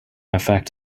affect